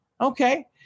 okay